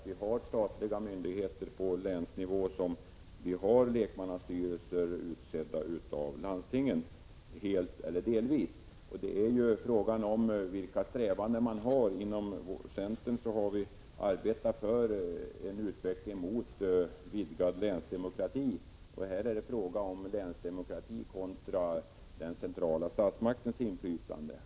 Vi har statliga myndigheter på länsnivå med lekmannastyrelser helt eller delvis utsedda av landstingen. Frågan är vilka strävanden som man har. Inom centern har vi arbetat för en utveckling mot vidgad länsdemokrati. Här gäller det länsdemokratin kontra den centrala statsmaktens inflytande.